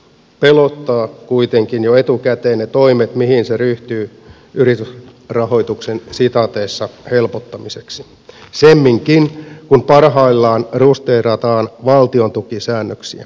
pelottavat kuitenkin jo etukäteen ne toimet mihin se ryhtyy yritysrahoituksen helpottamiseksi semminkin kun parhaillaan rusteerataan valtiontukisäännöksiä